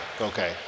Okay